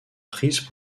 prise